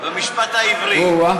אוה.